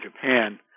Japan